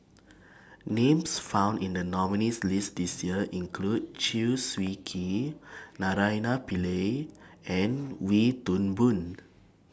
Names found in The nominees' list This Year include Chew Swee Kee Naraina Pillai and Wee Toon Boon